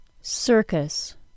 Circus